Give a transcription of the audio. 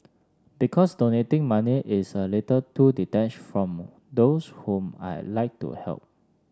because donating money is a little too detached from those whom I like to help